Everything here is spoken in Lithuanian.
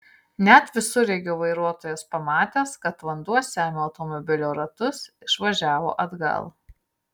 net visureigio vairuotojas pamatęs kad vanduo semia automobilio ratus išvažiavo atgal